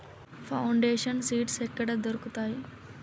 Foundation seeds ఎక్కడ దొరుకుతాయి?